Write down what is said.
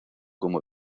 como